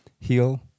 heal